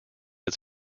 its